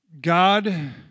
God